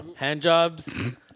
Handjobs